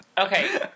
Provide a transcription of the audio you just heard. Okay